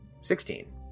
Sixteen